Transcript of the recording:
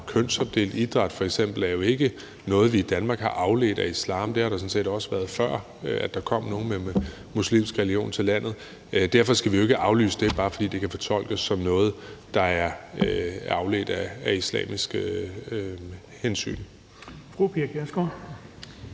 kønsopdelt idræt, f.eks., er jo ikke noget, vi i Danmark har afledt af islam. Det har der sådan set også været, før der kom nogle med muslimsk religion til landet. Vi skal jo ikke aflyse det, bare fordi det kan fortolkes som noget, der er afledt af islamiske hensyn.